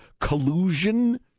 collusion